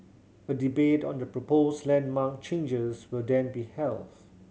a debate on the proposed landmark changes will then be held